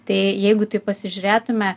tai jeigu taip pasižiūrėtume